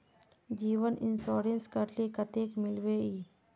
जीवन इंश्योरेंस करले कतेक मिलबे ई?